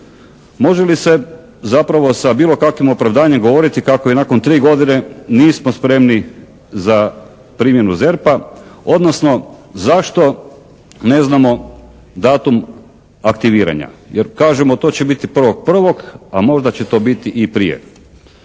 Može li se zapravo sa bilo kakvim opravdanjem govoriti kako i nakon 3 godine nismo spremni za primjenu ZERP-a, odnosno zašto ne znamo datum aktiviranja, jer kažemo to će biti 1.1., a možda će to biti i prije.